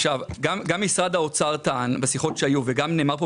אבל אם הרגולטורים גם הממונה על רשות התחרות וגם הממונה על שוק